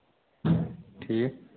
ٹھیٖک